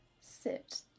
sit